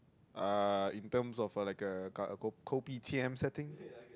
uh in terms of a like a ka~ kopitiam setting